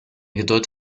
geduld